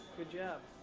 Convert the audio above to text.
good job.